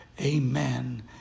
Amen